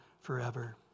forever